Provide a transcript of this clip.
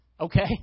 okay